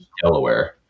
Delaware